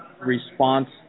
response